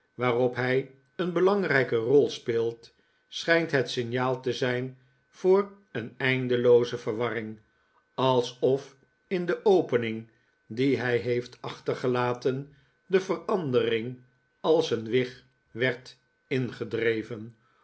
waarop hij een belangrijke rol speelt schijnt het signaal te zijn voor een eindelooze verwarring alsof in de opening die hij heeft aehter gelaten de verandering als een wig werd ingedreven